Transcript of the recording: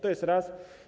To jest raz.